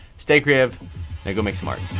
stay creative, now go make some ah